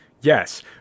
Yes